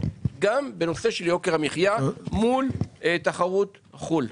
גם בנושא של יוקר המחיה מול תחרות חו"ל,